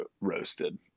roasted